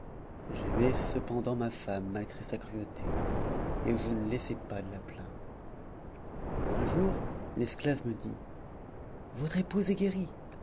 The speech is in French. j'aimais cependant ma femme malgré sa cruauté et je ne laissai pas de la plaindre un jour l'esclave me dit